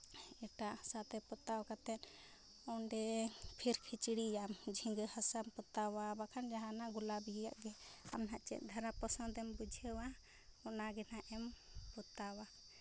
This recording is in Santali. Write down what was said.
ᱮᱴᱟᱜ ᱦᱟᱥᱟᱛᱮ ᱯᱚᱛᱟᱣ ᱠᱟᱛᱮᱫ ᱚᱸᱰᱮ ᱯᱷᱤᱨ ᱠᱷᱤᱪᱲᱤᱭᱟᱢ ᱡᱷᱤᱸᱜᱟᱹ ᱦᱟᱥᱟᱢ ᱯᱚᱛᱟᱣᱟ ᱵᱟᱠᱷᱟᱱ ᱡᱟᱦᱟᱱᱟᱜ ᱜᱩᱞᱟᱵᱤᱭᱟᱜ ᱜᱮ ᱟᱢ ᱦᱟᱸᱜ ᱪᱮᱫ ᱫᱷᱟᱨᱟ ᱯᱚᱸᱥᱚᱫᱮᱢ ᱵᱩᱡᱷᱟᱹᱣᱟ ᱚᱱᱟᱜᱮ ᱦᱟᱸᱜ ᱮᱢ ᱯᱚᱛᱟᱣᱟ